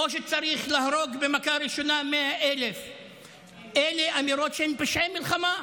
או שצריך להרוג במכה ראשונה 100,000. אלה אמירות שהן פשעי מלחמה,